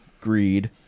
greed